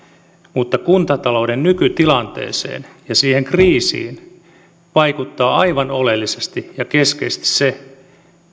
mutta kuntatalouden nykytilanteeseen ja siihen kriisiin vaikuttaa aivan oleellisesti ja keskeisesti se